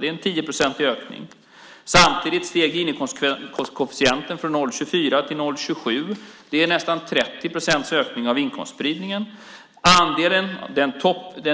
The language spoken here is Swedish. Det är en 10-procentig ökning. Samtidigt steg Gini-koefficienten från 0,24 till 0,27. Det är nästan 30 procents ökning av inkomstspridningen. Den